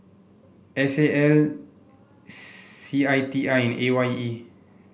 S A L C I T I and A Y E